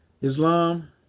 Islam